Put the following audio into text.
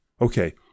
Okay